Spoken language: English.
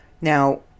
Now